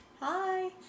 Hi